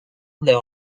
there